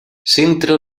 centra